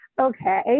Okay